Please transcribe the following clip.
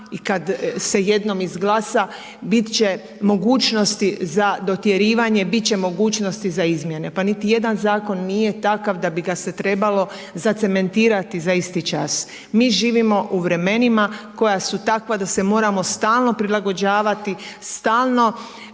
i kad se jednom izglasa bit će mogućnosti za dotjerivanje, bit će mogućnosti za izmjene, pa niti jedan zakon nije takav da bi ga se trebalo zacementirati za isti čas. Mi živimo u vremenima koja su takva da se moramo stalo prilagođavati, stalno